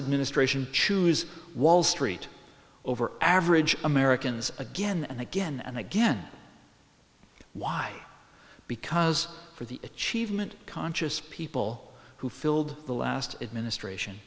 administration choose wall street over average americans again and again and again why because for the achievement conscious people who filled the last administration